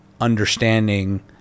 understanding